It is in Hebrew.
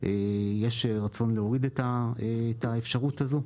יש רצון להוריד את האפשרות הזאת?